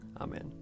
Amen